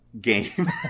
game